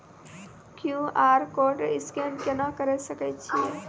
QR code scan केना करै सकय छियै?